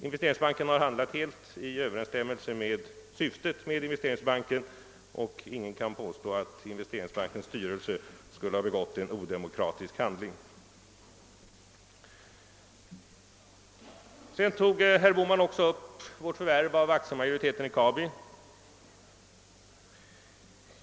Investeringsbanken har handlat helt i överensstämmelse med sitt syfte, och ingen kan påstå att dess styrelse skulle ha begått en odemokratisk handling. Herr Bohman tog också upp vårt förvärv av aktiemajoriteten i Kabi.